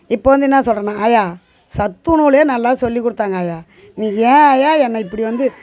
இப்போ வந்து என்ன சொல்லுறானா ஆயா சத்துணவுலையே நல்லா சொல்லிக் கொடுத்தாங்க ஆயா நீ ஏன் ஆயா என்ன இப்படி வந்து